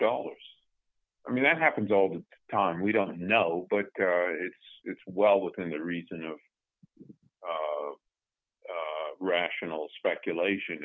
colors i mean that happens all the time we don't know but it's it's well within the reason of rational speculation